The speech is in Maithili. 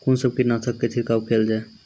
कून सब कीटनासक के छिड़काव केल जाय?